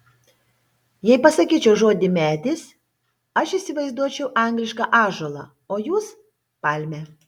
jei pasakyčiau žodį medis aš įsivaizduočiau anglišką ąžuolą o jūs palmę